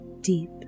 deep